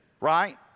right